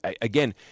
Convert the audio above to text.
again